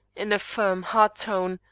in a firm, hard tone,